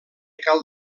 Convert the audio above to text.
cal